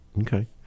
Okay